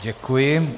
Děkuji.